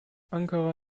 ankara